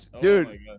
Dude